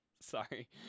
Sorry